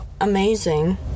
amazing